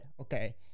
Okay